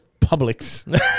Publix